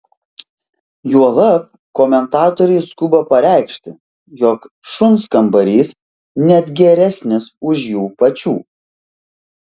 juolab komentatoriai skuba pareikši jog šuns kambarys net geresnis už jų pačių